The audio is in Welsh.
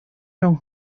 rhwng